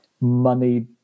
money